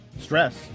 stress